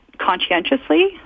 conscientiously